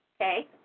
Okay